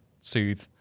soothe